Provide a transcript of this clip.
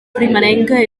primerenca